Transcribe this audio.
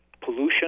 pollution